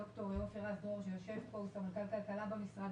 ד"ר עופר רז דרור שיושב פה והוא גם סמנכ"ל כלכלה במשרד,